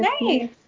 Nice